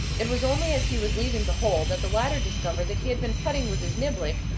it was only as he was leaving the hole that the latter discovered that he had been putting with his niblick,